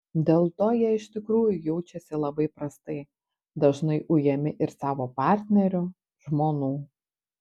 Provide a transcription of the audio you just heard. dėl to jie iš tikrųjų jaučiasi labai prastai dažnai ujami ir savo partnerių žmonų